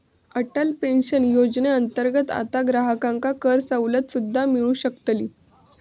Atal pension योजनेअंतर्गत आता ग्राहकांका करसवलत सुद्दा मिळू शकतली